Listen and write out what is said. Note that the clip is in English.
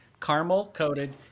caramel-coated